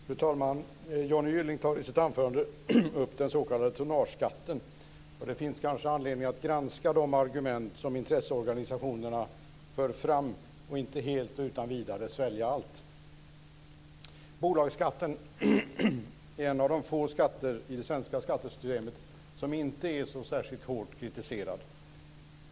Fru talman! Johnny Gylling tar i sitt anförande upp den s.k. tonnageskatten. Det finns kanske anledning att granska de argument som intresseorganisationerna för fram och inte helt utan vidare svälja allt. Bolagsskatten är en av de få skatterna i det svenska skattesystemet som inte är så särskilt hårt kritiserad.